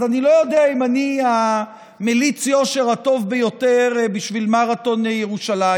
אז אני לא יודע אם אני מליץ היושר הטוב ביותר בשביל מרתון ירושלים.